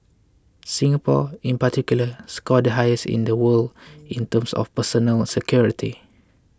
Singapore in particular scored the highest in the world in terms of personal security